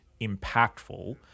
impactful